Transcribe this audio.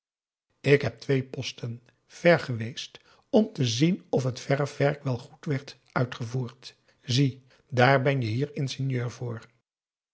ik ben twee posten vèr geweest om te zien of het verfwerk wel goed werd uitgevoerd zie daar ben je hier ingenieur voor